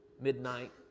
midnight